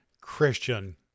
Christian